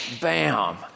bam